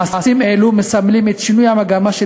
מעשים אלו מסמלים את שינוי המגמה של